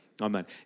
Amen